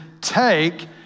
take